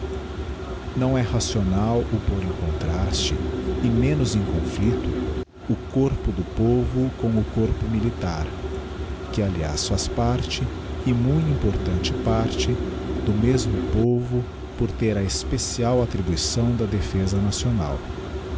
não é racional o pôr em contraste e menos em conflicto o corpo do povo com o corpo militar que aliás faz parte e mui importante parte do mesmo povo por ter a especial attribuiçâo da defeza nacional